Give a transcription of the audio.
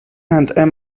and